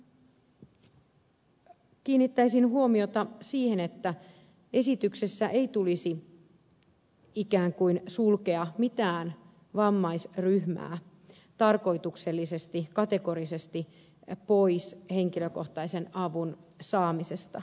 ensinnäkin kiinnittäisin huomiota siihen että esityksessä ei tulisi ikään kuin sulkea mitään vammaisryhmää tarkoituksellisesti kategorisesti pois henkilökohtaisen avun saamisesta